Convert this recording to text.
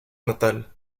natal